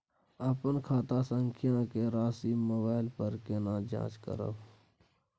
अपन खाता संख्या के राशि मोबाइल पर केना जाँच करब?